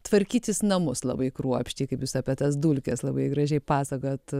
tvarkytis namus labai kruopščiai kaip jūs apie tas dulkes labai gražiai pasakojat